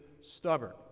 stubborn